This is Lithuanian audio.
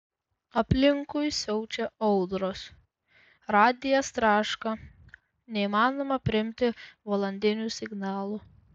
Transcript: aplinkui siaučia audros radijas traška neįmanoma priimti valandinių signalų